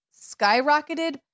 skyrocketed